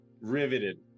Riveted